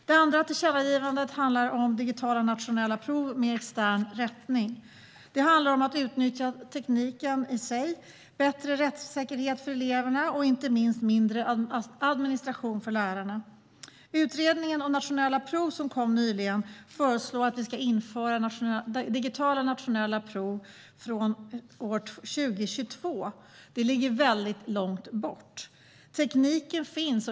Det andra tillkännagivandet handlar om digitala nationella prov med extern rättning. Det handlar om att utnyttja tekniken i sig, bättre rättssäkerhet för eleverna och inte minst mindre administration för lärarna. I utredningen om nationella prov som lades fram nyligen föreslås att digitala nationella prov ska införas från år 2022. Det ligger långt bort. Tekniken finns.